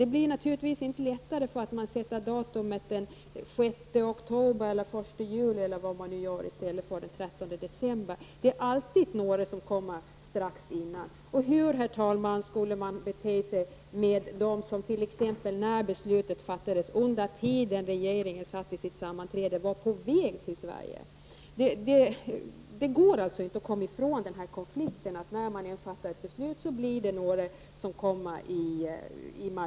Det blir naturligtvis inte lättare bara därför att man tar datumet 6 oktober eller 1 juli eller något annat istället för den 13 december. Det är ju alltid några som kommer strax innan. Och hur, herr talman, skulle man bete sig med dem som t.ex. var på väg till Sverige under den tid regeringen satt i sammanträde och fattade detta beslut? Det går alltså inte att komma ifrån konflikten att när man än fattar ett beslut så blir det några som kommer i kläm.